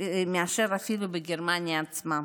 אפילו מאשר בגרמניה עצמה.